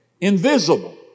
Invisible